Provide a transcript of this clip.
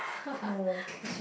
no